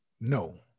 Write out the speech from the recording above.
No